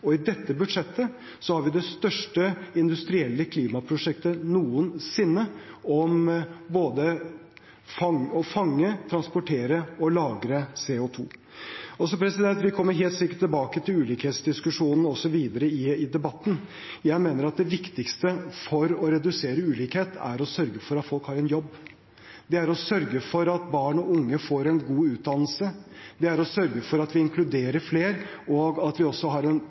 I dette budsjettet har vi det største industrielle klimaprosjektet noensinne for både å fange, transportere og lagre CO 2 . Vi kommer helt sikkert tilbake til ulikhetsdiskusjonen osv. videre i debatten. Jeg mener det viktigste for å redusere ulikhet er å sørge for at folk har en jobb. Det er å sørge for at barn og unge får en god utdannelse. Det er å sørge for at vi inkluderer flere, og at vi også har en